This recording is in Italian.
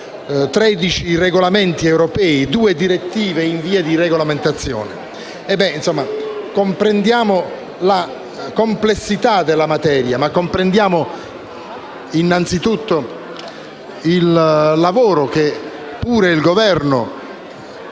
13 regolamenti europei e due direttive in via di regolamentazione. Comprendiamo, quindi, la complessità della materia, ma comprendiamo innanzi tutto il lavoro che pure il Governo